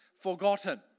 forgotten